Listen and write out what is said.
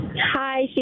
Hi